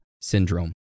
syndrome